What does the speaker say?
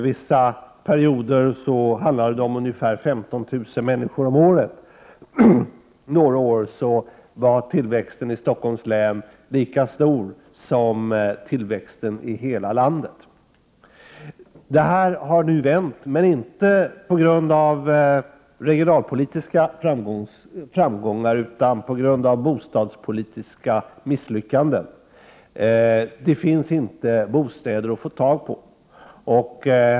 Vissa perioder handlade det om ungefär 15 000 människor om året, och några år var tillväxten i Stockholms län lika stor som tillväxten i hela landet i övrigt. Denna utveckling har nu vänt, men inte till följd av regionalpolitiska framgångar utan på grund av bostadspolitiska misslyckanden. Det finns inte bostäder att få tag på i Stockholm.